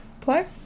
play